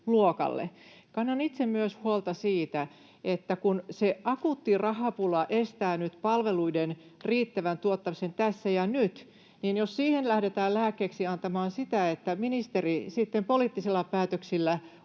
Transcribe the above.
Kannan itse myös huolta siitä, että se akuutti rahapula estää nyt palveluiden riittävän tuottamisen tässä ja nyt. Jos siihen lähdetään lääkkeeksi antamaan sitä, että ministeri sitten poliittisilla päätöksillä